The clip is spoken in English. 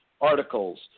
articles